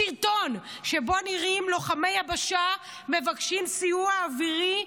סרטון שבו נראים לוחמי יבשה מבקשים סיוע אווירי,